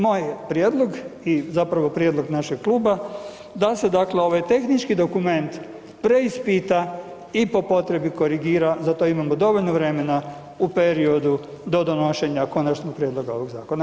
Moj prijedlog i zapravo prijedlog našeg kluba da se, dakle ovaj tehnički dokument preispita i po potrebi korigira, za to imamo dovoljno vremena u periodu do donošenja konačnog prijedloga ovog zakona.